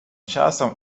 часом